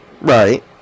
Right